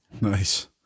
Nice